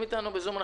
בזום.